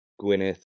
Gwyneth